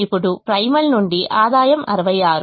ఇప్పుడు ప్రైమల్ నుండి ఆదాయం 66